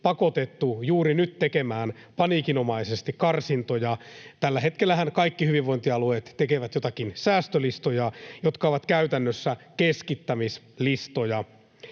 pakotettu juuri nyt tekemään paniikinomaisesti karsintoja. Tällä hetkellähän kaikki hyvinvointialueet tekevät joitakin säästölistoja, jotka ovat käytännössä keskittämislistoja.